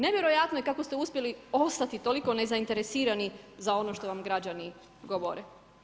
Nevjerojatno je kako ste uspjeli ostati toliko nezainteresirani, za ono što vam građani govore.